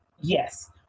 Yes